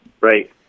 Right